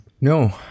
No